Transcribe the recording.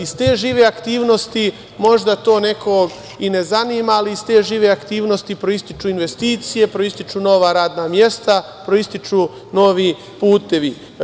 Iz te žive aktivnosti, možda to nekog i ne zanima, proističu investicije, proističu nova radna mesta, proističu novi putevi.